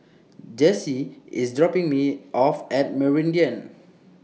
Jessie IS dropping Me off At Meridian